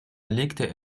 belegte